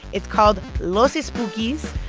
it's called los espookys,